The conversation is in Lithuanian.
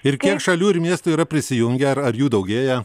ir kiek šalių ir miestų yra prisijungę ar ar jų daugėja